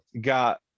got